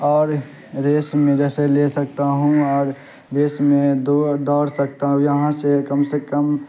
اور ریس میں جیسے لے سکتا ہوں اور ریس میں دوڑ سکتا ہوں اور یہاں سے کم سے کم